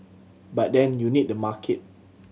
but then you need the market